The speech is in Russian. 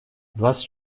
двадцать